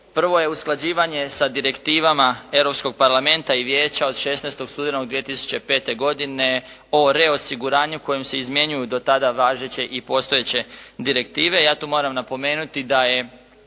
Prvo je usklađivanje sa direktivama Europskog parlamenta i vijeća od 16. studenog 2005. godine o reosiguranju kojem se izmjenjuju do tada važeće i postojeće direktive, ja tu moram napomenuti da je